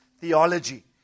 theology